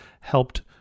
helped